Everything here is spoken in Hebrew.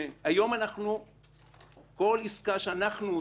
היום כל עסקה שאנחנו עושים,